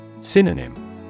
Synonym